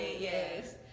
Yes